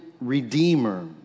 redeemer